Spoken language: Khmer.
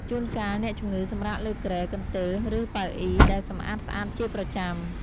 ជួនកាល អ្នកជម្ងឺសម្រាកលើគ្រែ កន្ទេល ឬ ប៉ៅអុីដែលសម្អាតស្អាតជាប្រចាំ។